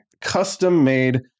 custom-made